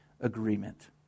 agreement